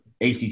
ACC